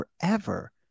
forever